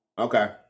Okay